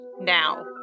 now